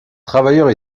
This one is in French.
travailleurs